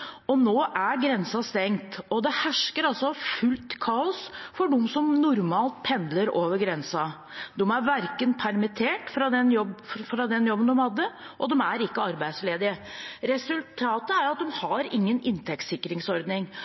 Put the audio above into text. og særlig i høst. Nå er grensen stengt, og det hersker fullt kaos for dem som normalt pendler over grensen. De er verken permittert fra den jobben de hadde, eller arbeidsledige. Resultatet er at de ikke har noen inntektssikringsordning.